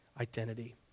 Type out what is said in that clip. identity